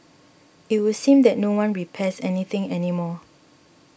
it would seem that no one repairs any thing any more